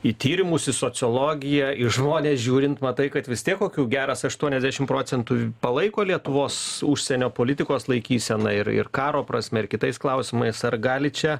į tyrimus į sociologiją į žmones žiūrint matai kad vis tiek kokių geras aštuoniasdešim procentų palaiko lietuvos užsienio politikos laikyseną ir ir karo prasme ir kitais klausimais ar gali čia